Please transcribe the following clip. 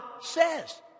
says